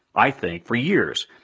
i think for years.